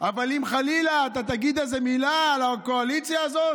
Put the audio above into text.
אבל אם חלילה אתה תגיד איזו מילה על הקואליציה הזאת,